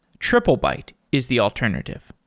triplebyte is the alternative.